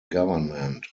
government